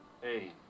Hey